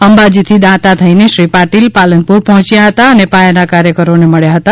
અંબાજી થી દાંતા થઈને શ્રી પાટિલ પાલનપુર પહોચ્યા હતા અને પાયાના કાર્યકરો ને મળ્યા હતા